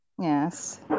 yes